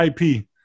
IP